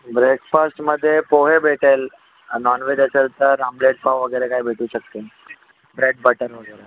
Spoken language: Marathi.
ब्रेकफास्टमध्ये पोहे भेटेल नॉनव्हेज असेल तर आम्लेट पाव वगैरे काय भेटू शकते ब्रेड बटर वगैरे